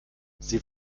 sie